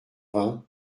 vingt